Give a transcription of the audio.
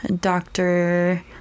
doctor